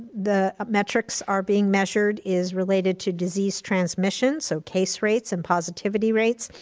the metrics are being measured is related to disease transmission, so case rates and positivity rates,